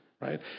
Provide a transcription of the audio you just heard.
right